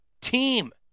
team